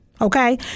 Okay